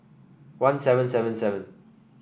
one seven seven seven